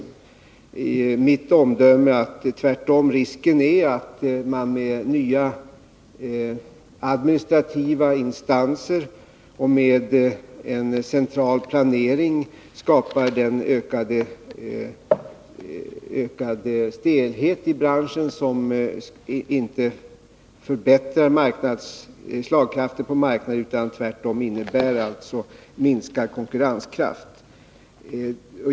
Enligt mitt omdöme skulle vi i stället få en risk för att man med nya administrativa instanser och med en central planering skapar en ökad stelhet i branschen. Detta förbättrar inte stålindustrins slagkraft på marknaden, utan det innebär tvärtom minskad konkurrenskraft.